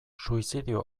suizidio